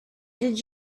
did